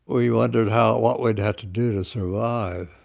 we wondered how what we'd have to do to survive.